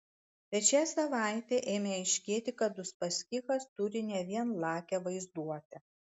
bet šią savaitę ėmė aiškėti kad uspaskichas turi ne vien lakią vaizduotę